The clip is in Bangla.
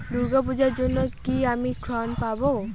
দূর্গা পূজার জন্য কি আমি ঋণ পাবো?